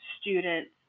students